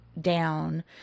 down